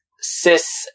cis